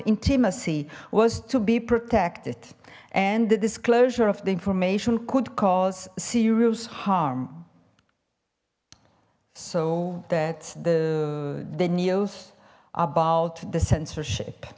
intimacy was to be protected and the disclosure of the information could cause serious harm so that the the news about the censorship